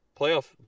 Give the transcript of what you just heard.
playoff